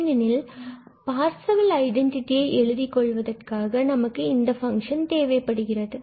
ஏனெனில் Parseval identity எழுதிக் கொள்வதற்காக நமக்கு இந்த ஃபங்ஷன் தேவைப்படுகிறது